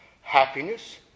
happiness